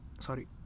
Sorry